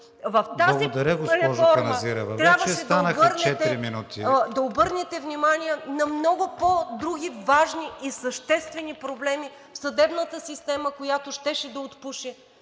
ДАНИ КАНАЗИРЕВА: …трябваше да обърнете внимание на много по-други важни и съществени проблеми в съдебната система, която щеше да отпуши